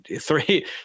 three